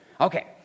Okay